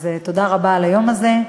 אז תודה רבה על היום הזה.